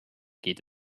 geht